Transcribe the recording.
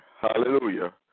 hallelujah